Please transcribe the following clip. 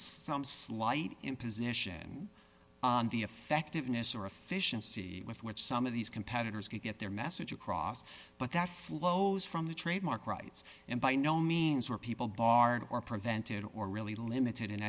some slight imposition on the effectiveness or efficiency with which some of these competitors could get their message across but that flows from the trademark rights and by no means were people barred or prevented or really limited in